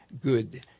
good